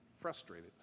frustrated